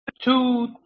two